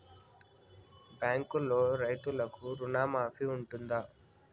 బ్యాంకులో రైతులకు రుణమాఫీ ఉంటదా?